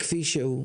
כפי שהוא,